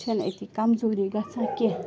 چھِنہٕ أتی کَمزوٗری گژھان کیٚنہہ